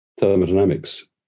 thermodynamics